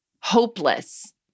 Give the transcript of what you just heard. hopeless